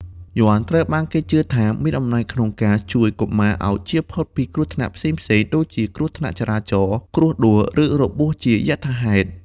យ័ន្តត្រូវបានគេជឿថាមានអំណាចក្នុងការជួយកុមារឱ្យជៀសផុតពីគ្រោះថ្នាក់ផ្សេងៗ ដូចជាគ្រោះថ្នាក់ចរាចរណ៍ គ្រោះដួល ឬរបួសជាយថាហេតុ។